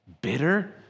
bitter